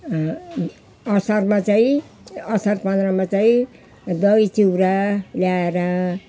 असारमा चाहिँ असार पन्ध्रमा चाहिँ दही चिउरा ल्याएर